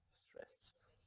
stressed